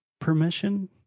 permission